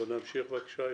בוא נמשיך בבקשה.